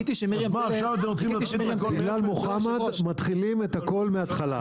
בגלל מוחמד מתחילים את הכל מההתחלה,